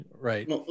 Right